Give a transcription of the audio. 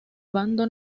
bando